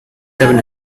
seven